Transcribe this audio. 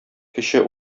кече